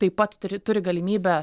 taip pat turi turi galimybę